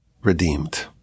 redeemed